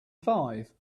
five